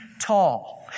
tall